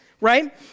right